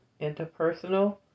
interpersonal